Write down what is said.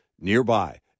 nearby